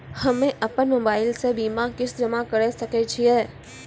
हम्मे अपन मोबाइल से बीमा किस्त जमा करें सकय छियै?